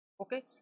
okay